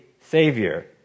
Savior